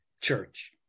church